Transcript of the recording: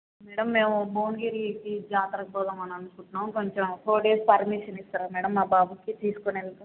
madam మేము భువనగిరికి జాతరకు పోదాం అని అనుకుంటున్నాం కొంచెం ఫోర్ డేస్ పర్మిషన్ ఇస్తారా మ్యాడమ్ మా బాబుకి తీసుకుని వెళ్తాను